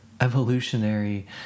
evolutionary